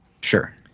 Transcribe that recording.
Sure